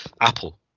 Apple